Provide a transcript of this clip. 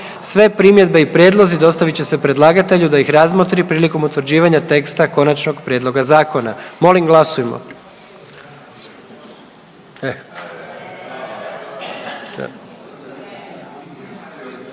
Sve primjedbe i prijedlozi dostavit će se predlagatelju da ih razmotri prilikom utvrđivanja teksta konačnog prijedloga zakona, molim glasujmo.